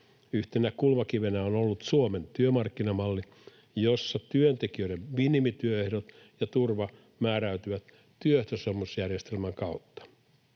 Yhtenä kulmakivenä on ollut Suomen työmarkkinamalli, jossa työntekijöiden minimityöehdot ja ‑turva määräytyvät työehtosopimusjärjestelmän kautta.